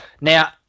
Now